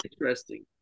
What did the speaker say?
interesting